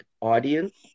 audience